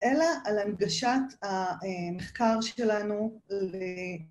אלא, על הנגשת המחקר שלנו